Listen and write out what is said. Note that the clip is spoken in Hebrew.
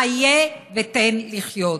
חיה ותן לחיות.